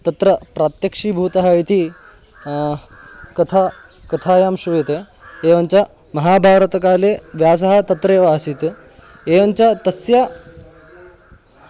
तत्र प्रत्यक्षीभूतः इति कथा कथायां श्रूयते एवञ्च महाभारतकाले व्यासः तत्रैव आसीत् एवञ्च तस्य